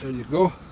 you go.